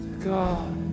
God